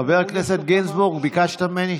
חבר הכנסת גינזבורג, ביקשת ממני.